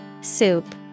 Soup